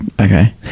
okay